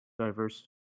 diverse